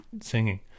singing